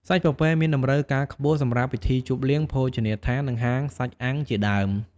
សាច់ពពែមានតម្រូវការខ្ពស់សម្រាប់ពិធីជប់លៀង ភោជនីយដ្ឋាន និងហាងសាច់អាំងជាដើម។